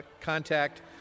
contact